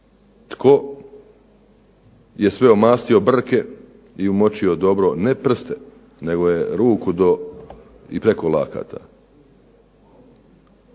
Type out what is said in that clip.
tko je sve omastio brke i umočio dobro ne prste nego je ruku do i preko lakata.